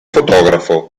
fotografo